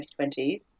2020s